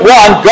one